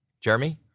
Jeremy